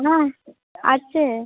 না আছে